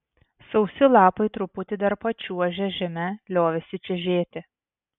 sausi lapai truputį dar pačiuožę žeme liovėsi čežėti